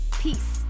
Peace